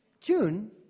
June